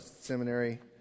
seminary